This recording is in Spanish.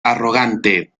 arrogante